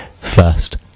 first